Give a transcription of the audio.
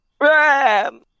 Ram